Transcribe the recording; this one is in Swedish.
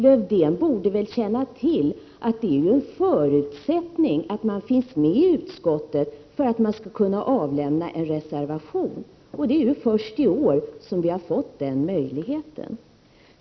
Lövdén borde väl känna till att det är en förutsättning för att man skall kunna avlämna en reservation. Det är först i år som vi har fått den möjligheten.